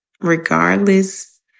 Regardless